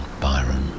Byron